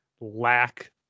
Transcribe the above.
lack